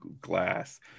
Glass